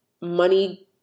money